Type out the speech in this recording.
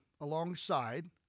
alongside